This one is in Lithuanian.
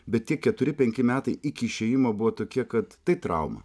bet tie keturi penki metai iki išėjimo buvo tokie kad tai trauma